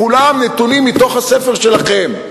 כולם נתונים מתוך הספר שלכם.